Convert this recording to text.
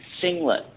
singlet